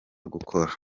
gukora